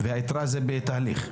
והיתרה נמצאת בתהליך.